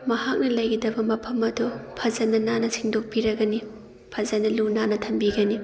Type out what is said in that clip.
ꯃꯍꯥꯛꯅ ꯂꯩꯒꯗꯕ ꯃꯐꯝ ꯑꯗꯣ ꯐꯖꯟꯅ ꯅꯥꯟꯅ ꯁꯦꯡꯗꯣꯛꯄꯤꯔꯒꯅꯤ ꯐꯖꯟꯅ ꯂꯨ ꯅꯥꯟꯅ ꯊꯝꯕꯤꯒꯅꯤ